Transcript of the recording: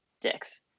dicks